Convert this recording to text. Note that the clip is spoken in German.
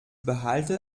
behalte